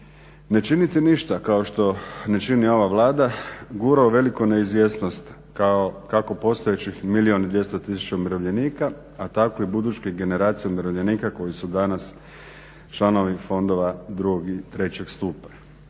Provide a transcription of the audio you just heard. Ne činiti ništa kao što ne čini ova Vlada gura u veliku neizvjesnost kako postojećih milijun i 200 tisuća umirovljenika, a tako i buduće generacije umirovljenika koji su danas članovi fondova drugog i trećeg stupa.